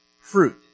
fruit